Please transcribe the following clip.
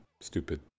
stupid